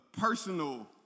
personal